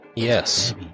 Yes